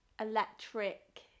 electric